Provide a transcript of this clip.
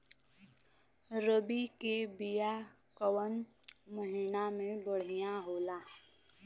रबी के बिया कवना महीना मे बढ़ियां होला?